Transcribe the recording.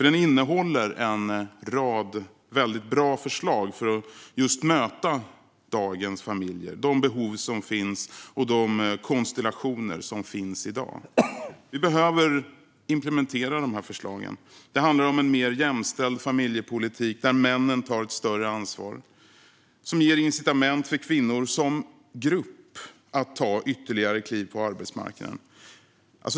Den innehåller en rad väldigt bra förslag för att just möta dagens familjer, de behov som finns och de konstellationer som finns i dag. Vi behöver implementera de förslagen. Det handlar om en mer jämställd familjepolitik där männen tar ett större ansvar och som ger incitament för kvinnor som grupp att ta ytterligare kliv på arbetsmarknaden.